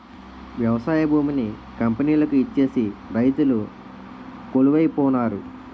వ్యవసాయ భూమిని కంపెనీలకు ఇచ్చేసి రైతులు కొలువై పోనారు